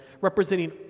representing